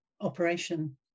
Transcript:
operation